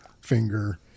finger